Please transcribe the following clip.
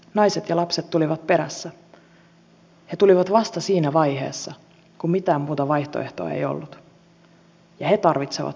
naiset ja lapset tulivat perässä he tulivat vasta siinä vaiheessa kun mitään muuta vaihtoehtoa ei ollut ja he tarvitsevat suojaa nyt